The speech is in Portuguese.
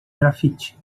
graffiti